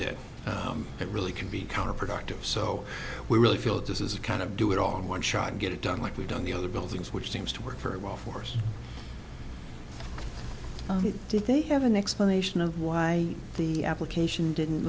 did it really can be counterproductive so we really feel that this is a kind of do it all in one shot get it done like we've done the other buildings which seems to work very well force to have an explanation of why the application didn't